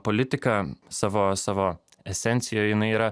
politika savo savo esencijoj jinai yra